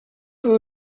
sie